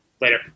Later